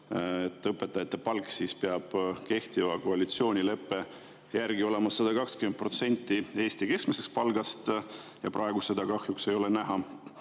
õpetajate palk peab kehtiva koalitsioonileppe järgi olema 120% Eesti keskmisest palgast, aga praegu seda kahjuks ei ole näha,